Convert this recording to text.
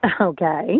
Okay